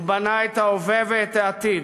הוא בנה את ההווה ואת העתיד.